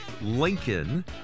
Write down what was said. Lincoln